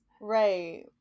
Right